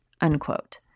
unquote